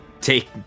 take